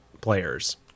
players